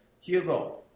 Hugo